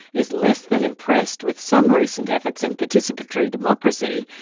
is less than impressed with some recent efforts in participatory democracy,